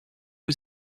aux